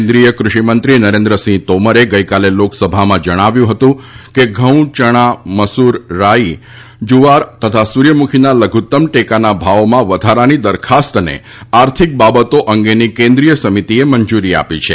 કેન્દ્રીય કૃષિમંત્રી નરેન્દ્રસિંહ તોમરે ગઈકાલે લોકસભામાં જણાવ્યું હતું કે ઘઉં ચણા મસૂર રાઈ જુવાર તથા સૂર્યમુખીના લધુત્તમ ટેકાના ભાવોમાં વધારાની દરખાસ્તને આર્થિક બાબતો અંગેની કેન્દ્રીય સમિતિએ મંજુરી આપી છે